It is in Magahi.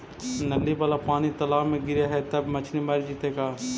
नली वाला पानी तालाव मे गिरे है त मछली मर जितै का?